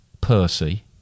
Percy